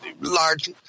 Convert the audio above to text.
large